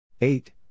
Eight